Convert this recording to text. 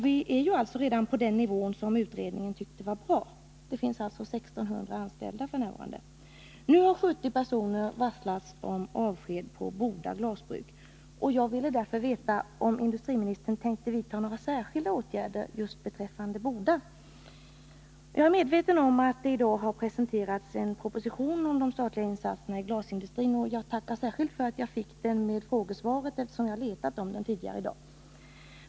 Vi är alltså redan nu nere på den nivå som utredningen tyckte var bra. Det finns f. n. 1 600 anställda. Nu har 70 personer vid Boda glasbruk varslats om avsked. Jag ville därför veta om industriministern tänkte vidta några särskilda åtgärder just beträffande Boda. Jag är medveten om att det i dag har presenterats en proposition om de statliga insatserna i glasindustrin, och jag tackar särskilt för att jag fick den tillsammans med frågesvaret, eftersom jag har letat efter den tidigare i dag.